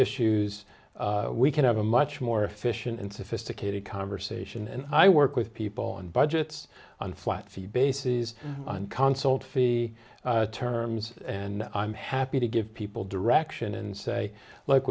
issues we can have a much more efficient and sophisticated conversation and i work with people on budgets on flat fee bases on console tfi terms and i'm happy to give people direction and say l